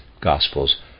Gospels